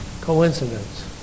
coincidence